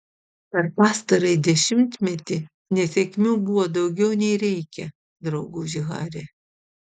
per pastarąjį dešimtmetį nesėkmių buvo daugiau nei reikia drauguži hari